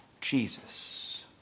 Jesus